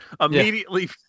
Immediately